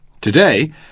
Today